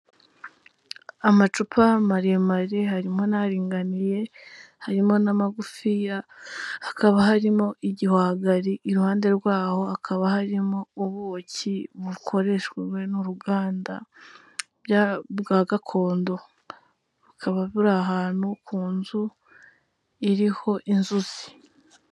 Amacupa maremare harimo n'aringaniye, harimo n'amagufiya, hakaba harimo igihwagari iruhande rwaho hakaba harimo ubuki bukoreshejwe n'uruganda bwa rwa gakondo, bukaba buri ahantu ku nzu iriho inzuzi.